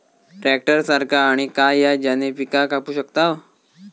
Tractor सारखा आणि काय हा ज्याने पीका कापू शकताव?